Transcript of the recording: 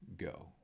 go